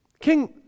King